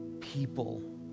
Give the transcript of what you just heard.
people